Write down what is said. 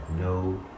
no